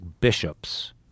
bishops